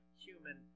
human